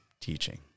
teaching